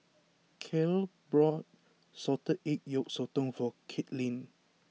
Cale brought Salted Egg Yolk Sotong for Katelynn